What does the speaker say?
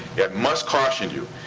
must caution you,